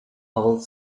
old